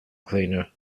cleaner